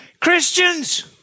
Christians